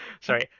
Sorry